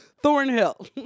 Thornhill